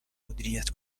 مدیریت